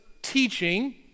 teaching